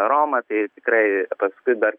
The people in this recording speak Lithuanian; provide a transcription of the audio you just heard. roma tai tikrai paskui dar